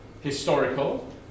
historical